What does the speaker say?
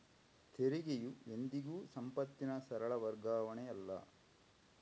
ತೆರಿಗೆಯು ಎಂದಿಗೂ ಸಂಪತ್ತಿನ ಸರಳ ವರ್ಗಾವಣೆಯಲ್ಲ